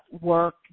work